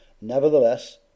Nevertheless